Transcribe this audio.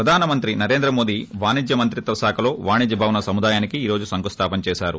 ప్రధానమంత్రి నరేంద్ర మోదీ వాణిజ్య మంత్రిత్వ శాఖలో వాణిజ్య భవన సముదాయానికి ఈ రోజు శంకుస్తాపన చేశారు